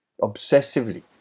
obsessively